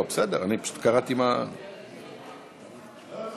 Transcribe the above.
מסדיר ביטול אזרחות במקום